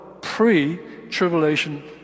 pre-tribulation